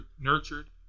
nurtured